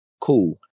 cool